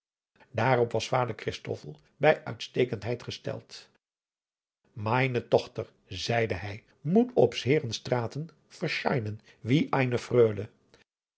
was vader christoffel bij uitstekendheid gesteld meine tochter adriaan loosjes pzn het leven van johannes wouter blommesteyn zeide hij moet op s heeren straten verscheinen wie